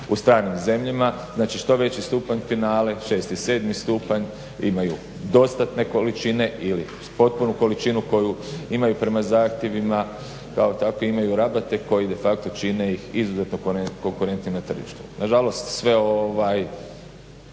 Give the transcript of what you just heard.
u stranim zemljama. Znači što veći stupanj finale, 6 i 7 stupanj imaju dostatne količine ili uz potpunu količinu koju imaju prema zahtjevima kao takve imaju rabate koji de facto čine ih izuzetno konkurentnim na tržištima. Nažalost, sve što se